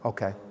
Okay